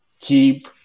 keep